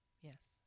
Yes